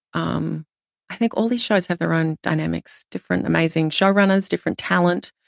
um i think all these shows have their own dynamics. different, amazing showrunners, different talent.